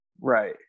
Right